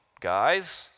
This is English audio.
guys